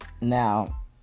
Now